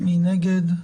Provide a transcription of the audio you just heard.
מי נגד?